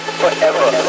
forever